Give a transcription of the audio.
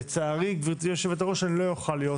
לצערי גברתי יושבת הראש, אני לא אוכל להיות